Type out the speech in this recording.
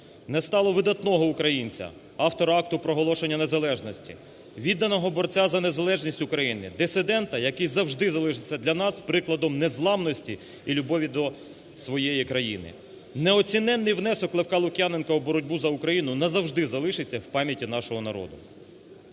Не стало видатного українця, автора Акту проголошення незалежності, відданого борця за незалежність України, дисидента, який завжди залишиться для нас прикладом незламності і любові до своєї країни. Неоціненний внесок Левка Лук'яненка в боротьбу за Україну назавжди залишиться в пам'яті нашого народу.